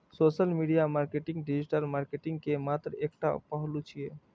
social media marketing digital marketing के मात्र एकटा पहलू छियै